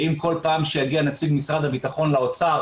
ואם כל פעם שיגיע נציג משרד הביטחון לאוצר